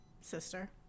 Sister